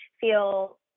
feel